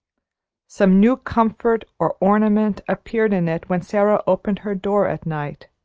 some new comfort or ornament appeared in it when sara opened her door at night,